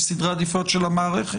יש סדרי עדיפויות של המערכת.